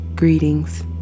Greetings